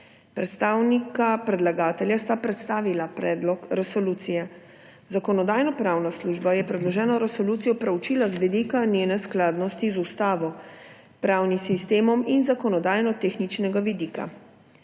Predstavnika predlagatelja sta predstavila predlog resolucije. Zakonodajno-pravna služba je predloženo resolucijo proučila z vidika njene skladnosti z ustavo, pravnim sistemom in z zakonodajno-tehničnega vidika.